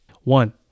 One